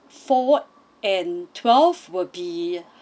forward and twelve will be